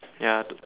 ya tho~